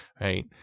right